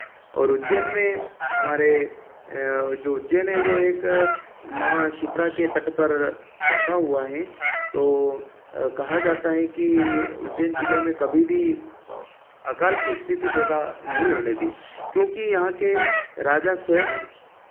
और उज्जैन में हमारे जो उज्जैन है वह एक माँ शिप्रा के तट पर बसा हुआ है तो कहा जाता है कि उज्जैन जिले में कभी भी अकाल की स्थिति पैदा नहीं होने दी क्योंकि यहाँ के राजा स्वयं